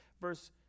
verse